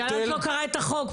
גלנט לא קרא את החוק,